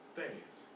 faith